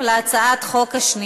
הצעת החוק תועבר להכנה לקריאה